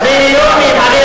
מיליונים.